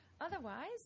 Otherwise